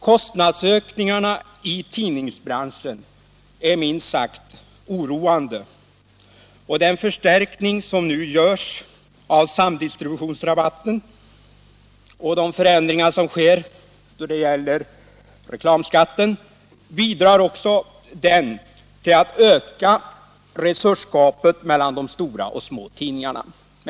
Kostnadsökningarna i tidningsbranschen är minst sagt oroande, och den förstärkning som nu görs av samdistributionsrabatten och de förändringar som sker då det gäller reklamskatten bidrar också de till att öka resursgapet mellan de stora och små tidningarna.